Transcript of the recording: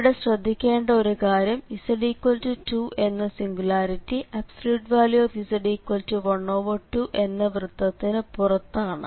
ഇവിടെ ശ്രദ്ധിക്കേണ്ട ഒരു കാര്യം z2 എന്ന സിംഗുലാരിറ്റി z12 എന്ന വൃത്തത്തിനു പുറത്താണ്